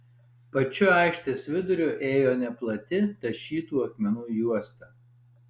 pačiu aikštės viduriu ėjo neplati tašytų akmenų juosta